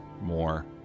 more